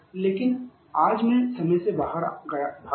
लेकिन आज मैं समय से बाहर भाग गया